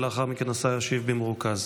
לאחר מכן השר ישיב במרוכז.